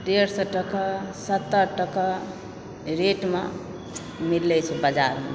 डेढ़ सए टके सत्तर टके रेटमे मिलय छै बाजारमे